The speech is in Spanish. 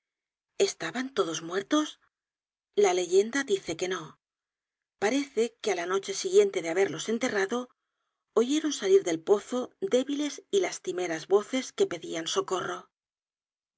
estaban todos muertos la leyenda dice que no parece que á la noche siguiente de haberlos enterrado oyeron salir del pozo débiles y lastimeras voces que pedían socorro